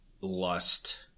lust